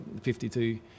52